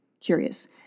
curious